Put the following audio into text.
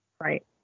right